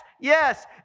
yes